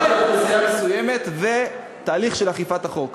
דיברתי על אוכלוסייה מסוימת ותהליך של אכיפת החוק.